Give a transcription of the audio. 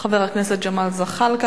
חבר הכנסת ג'מאל זחאלקה,